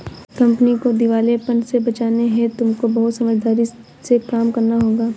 company को दिवालेपन से बचाने हेतु तुमको बहुत समझदारी से काम करना होगा